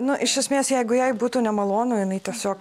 nu iš esmės jeigu jai būtų nemalonu jinai tiesiog